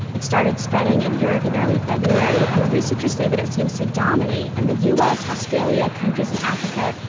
it started spreading in europe in early february. and the researchers say that it seems to dominate in and the u s, australia, countries in africa,